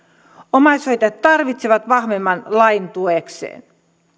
omaishoitajat tarvitsevat vahvemman lain tuekseen